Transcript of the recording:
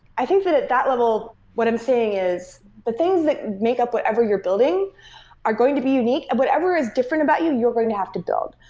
i think that at that level, what i'm saying is the things that make up whatever you're building are going to be unique. and whatever is different about you, you're going to have to build.